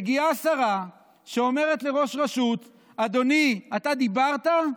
מגיעה שרה שאומרת לראש רשות: אדוני, אתה דיברת,